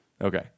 okay